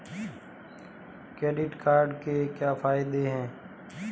Credit card के क्या फायदे हैं?